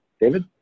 David